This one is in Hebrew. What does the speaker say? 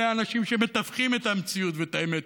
אלה אנשים שמתווכים את המציאות ואת האמת.